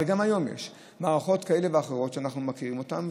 גם היום יש מערכות כאלה ואחרות שאנחנו מכירים אותן,